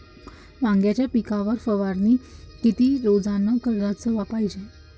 वांग्याच्या पिकावर फवारनी किती रोजानं कराच पायजे?